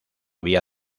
vía